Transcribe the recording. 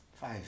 Five